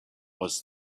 was